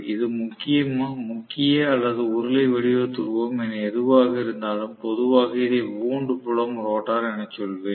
இது முக்கிய அல்லது உருளை வடிவ துருவம் என எதுவாக இருந்தாலும் பொதுவாக இதை வூண்ட் புலம் ரோட்டார் என சொல்வேன்